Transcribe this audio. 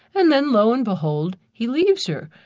and then lo and behold, he leaves her.